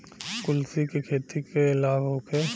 कुलथी के खेती से लाभ होखे?